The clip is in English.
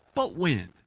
but when.